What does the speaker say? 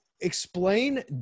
Explain